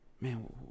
man